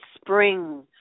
spring